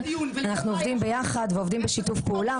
אנחנו עובדים ביחד ועובדים בשיתוף פעולה.